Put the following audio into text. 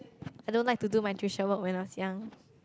I don't like to do my tuition work when I was young